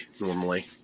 normally